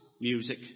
music